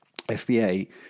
FBA